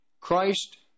Christ